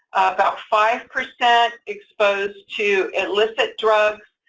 about five percent exposed to illicit drugs.